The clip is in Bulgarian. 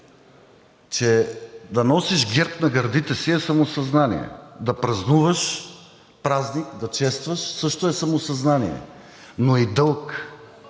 че да носиш герб на гърдите си, е самосъзнание. Да празнуваш празник, да честваш, също е самосъзнание, но и дълг.